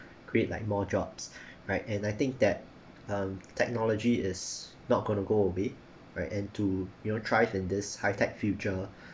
create like more jobs right and I think that um technology is not going to go away right and to you know thrive in this high tech future